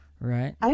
Right